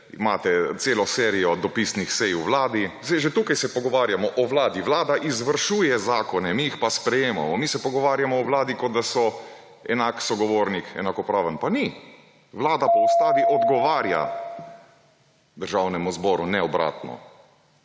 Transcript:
imate celo serijo dopisnih sej v vladi, zdaj. Že tukaj se pogovarjamo o vladi. Vlada izvršuje zakone, mi jih pa sprejemamo. Mi se pogovarjamo o vladi, kot da so enak sogovornik, enakopraven. Pa ni. Vlada po Ustavi odgovarja Državnemu zboru, ne obratno.